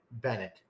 Bennett